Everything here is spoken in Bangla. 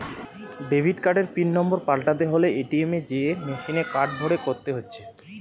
ডেবিট কার্ডের পিন নম্বর পাল্টাতে হলে এ.টি.এম এ যেয়ে মেসিনে কার্ড ভরে করতে হচ্ছে